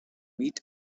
meet